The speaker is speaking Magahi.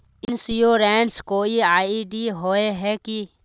इंश्योरेंस कोई आई.डी होय है की?